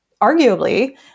arguably